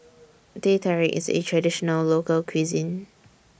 Teh Tarik IS A Traditional Local Cuisine